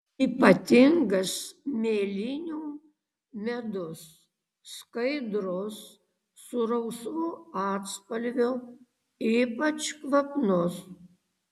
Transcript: ypatingas mėlynių medus skaidrus su rausvu atspalviu ypač kvapnus